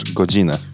godzinę